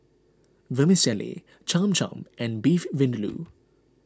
Vermicelli Cham Cham and Beef Vindaloo